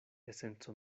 esenco